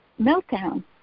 meltdown